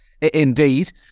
indeed